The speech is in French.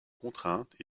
contrainte